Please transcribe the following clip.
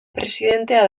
presidentea